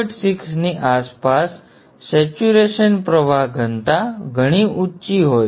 6 ની આસપાસ સેચ્યુરેશન પ્રવાહ ઘનતા ઘણી ઊંચી હોય છે